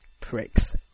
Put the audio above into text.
pricks